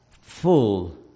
Full